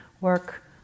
work